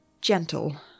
gentle